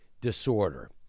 disorder